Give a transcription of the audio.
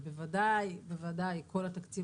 ובוודאי ובוודאי כל התקציב